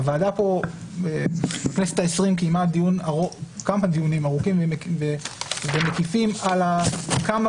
הוועדה קיימה כמה דיונים ארוכים ומקיפים על כמה